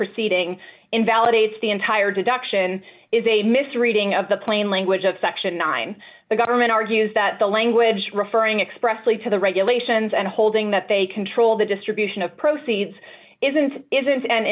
proceeding invalidates the entire deduction is a misreading of the plain language of section nine the government argues that the language referring expressly to the regulations and holding that they control the distribution of proceeds isn't isn't an